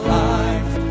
life